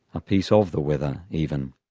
a piece of the weather even.